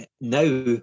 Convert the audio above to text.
now